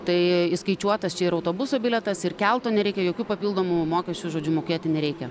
tai įskaičiuotas čia ir autobuso bilietas ir kelto nereikia jokių papildomų mokesčių žodžiu mokėti nereikia